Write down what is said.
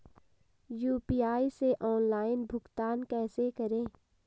UPI से online भुगतान कैसे करें?